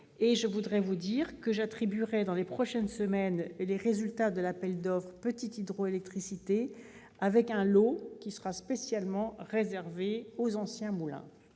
je vous informe que je proclamerai dans les prochaines semaines les résultats de l'appel d'offres sur la petite hydroélectricité, avec un lot qui sera spécialement réservé aux anciens moulins.